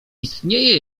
istnieje